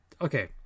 Okay